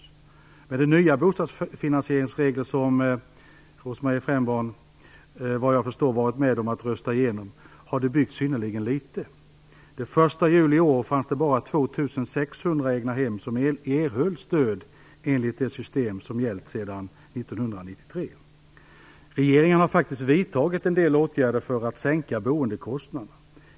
Efter att de nya bostadsfinansieringsreglerna antogs, regler som Rose-Marie Frebran efter vad jag förstår har varit med om att rösta igenom, har det byggts synnerligen litet. Den 1 juli i år fanns bara 2 600 egnahem som erhöll stöd enligt det system som gällt sedan 1993. Regeringen har faktiskt vidtagit en del åtgärder för att sänka boendekostnaderna.